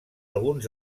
alguns